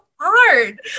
hard